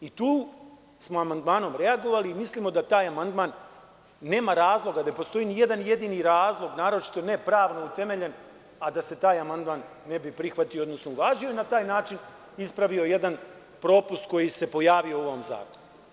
I tu smo amandmanom reagovali i mislimo da nema razloga, da ne postoji nijedan jedini razloga, a naročito ne pravno utemeljen, da se taj amandman ne prihvati, odnosno da se ne uvaži i na taj način ispravi jedan propust koji se pojavio u ovom zakonu.